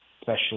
special